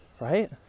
Right